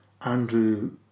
Andrew